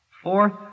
Fourth